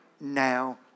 now